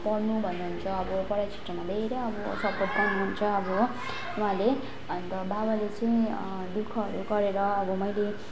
पढ्नु भन्नुहुन्छ अब पढाई क्षेत्रमा धेरै अब सपोर्ट पनि गर्नुहुन्छ अब हो उहाँले अन्त बाबाले चाहिँ दुःखहरू गरेर अब मैले